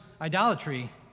idolatry